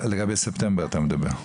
בספטמבר אתה מתכוון.